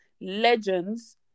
legends